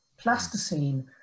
plasticine